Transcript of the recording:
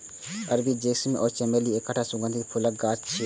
अरबी जैस्मीन या चमेली एकटा सुगंधित फूलक गाछ छियै